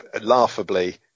laughably